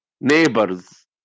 neighbors